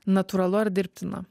natūralu ar dirbtina